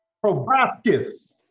Proboscis